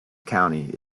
county